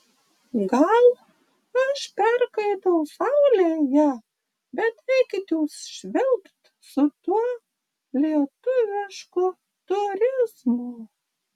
gal aš perkaitau saulėje bet eikit jūs švilpt su tuo lietuvišku turizmu